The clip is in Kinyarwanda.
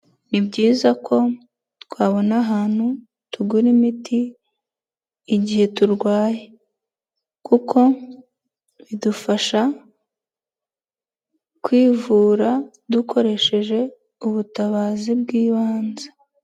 Ni byiza ko twabona ahantu tugura imiti igihe turwaye kuko bidufasha kwivura dukoresheje ubutabazi bw'ibanze.